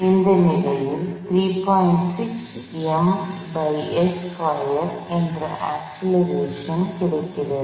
அந்த நிலையில் என்ற அக்ஸ்லரேஷன் கிடைக்கிறது